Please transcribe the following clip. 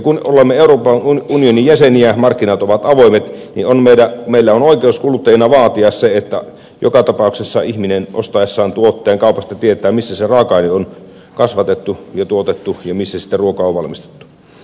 kun olemme euroopan unionin jäseniä markkinat ovat avoimet niin meillä on oikeus kuluttajina vaatia että joka tapauksessa ihminen ostaessaan tuotteen kaupasta tietää missä se raaka aine on kasvatettu ja tuotettu ja missä ruoka on valmistettu jos esimerkiksi eineksiä ostaa